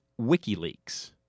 WikiLeaks